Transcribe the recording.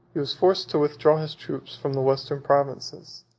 he was forced to withdraw his troops from the western provinces